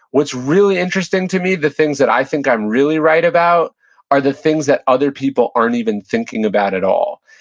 what's really interesting to me, the things that i think i'm really right about are the things that other people aren't even thinking about at all.